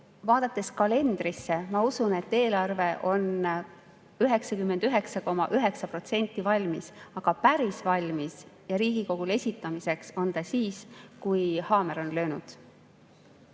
Vaadates kalendrisse, ma usun, et eelarve on 99,9% valmis, aga päris valmis ja [valmis] Riigikogule esitamiseks on see siis, kui haamer on löönud.